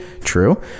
true